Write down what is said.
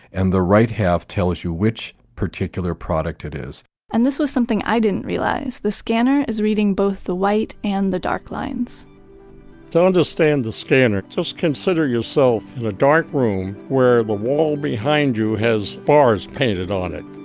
and the right half tells you which particular product it is and this was something i didn't realize. the scanner is reading both the light and the dark lines to understand the scanner, just consider yourself in a dark room where the wall behind you has bars painted on it.